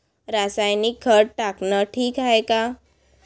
रासायनिक खत टाकनं ठीक हाये का?